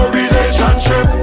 relationship